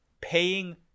paying